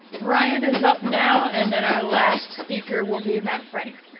ryan is up now and then our last speaker will be matt frank.